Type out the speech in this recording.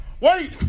Wait